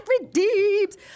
redeems